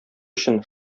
өчен